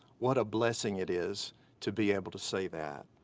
what a blessing it is to be able to say that.